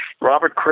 Robert